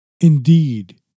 Indeed